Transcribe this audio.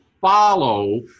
follow